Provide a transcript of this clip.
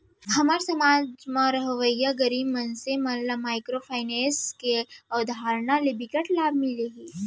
हमर समाज म रहवइया गरीब मनसे मन ल माइक्रो फाइनेंस के अवधारना ले बिकट लाभ मिलत हे